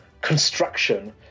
construction